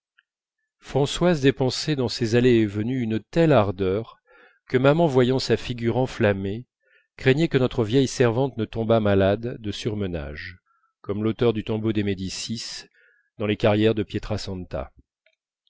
françoise dépensait dans ces allées et venues une telle ardeur que maman voyant sa figure enflammée craignait que notre vieille servante ne tombât malade de surmenage comme l'auteur du tombeau des médicis dans les carrières de